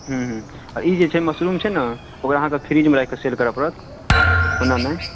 ह्म्म ह्म्म आओर ई जे छै मशरूम छै ने ओकरा अहाँके फ्रिजमे राखि कऽ सेल करय पड़त ओना नहि